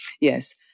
yes